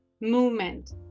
movement